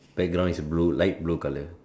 background is blue light blue colour